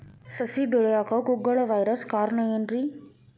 ಸಸಿ ಬೆಳೆಯಾಕ ಕುಗ್ಗಳ ವೈರಸ್ ಕಾರಣ ಏನ್ರಿ?